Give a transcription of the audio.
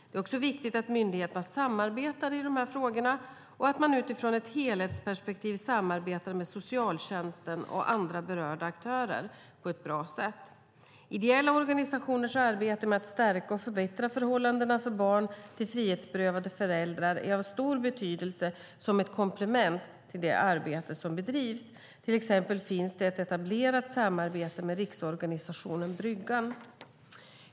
Det är också viktigt att myndigheterna samarbetar i dessa frågor och att man utifrån ett helhetsperspektiv samarbetar med socialtjänsten och andra berörda aktörer på ett bra sätt. Ideella organisationers arbete med att stärka och förbättra förhållandena för barn till frihetsberövade föräldrar är av stor betydelse som ett komplement till det arbete som bedrivs. Till exempel finns det ett etablerat samarbete med riksorganisationen Bryggan.